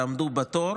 תעמדו בתור.